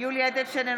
יולי יואל אדלשטיין,